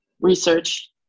research